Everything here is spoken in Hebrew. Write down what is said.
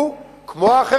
הוא, כמו האחרים,